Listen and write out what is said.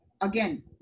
again